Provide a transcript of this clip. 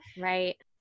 Right